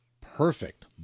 perfect